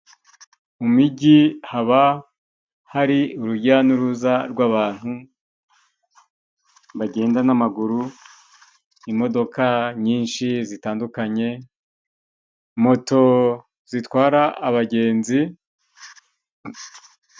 Mu migi haba hari urujya n'uruza rw'abantu bagenda n'amaguru, imodoka nyinshi zitandukanye, moto zitwara abagenzi.